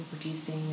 producing